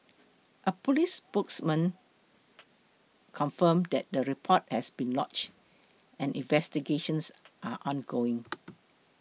a police spokesman confirmed that the report has been lodged and investigations are ongoing